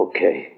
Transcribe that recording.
Okay